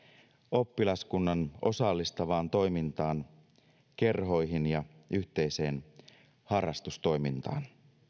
oppilaskunnan osallistavaan toimintaan kerhoihin ja yhteiseen harrastustoimintaan